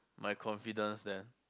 my confidence then